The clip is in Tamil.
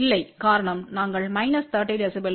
இல்லை காரணம் நாங்கள் மைனஸ் 30 dB